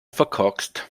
verkorkst